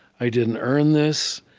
i didn't earn this,